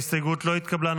ההסתייגות לא התקבלה.